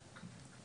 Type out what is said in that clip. אליה,